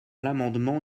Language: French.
l’amendement